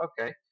okay